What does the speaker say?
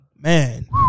Man